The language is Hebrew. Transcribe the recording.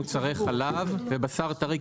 מוצרי חלב ובשר טרי,